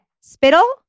Spittle